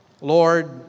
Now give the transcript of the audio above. Lord